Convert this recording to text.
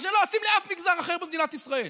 מה שלא עושים לאף מגזר אחר במדינת ישראל.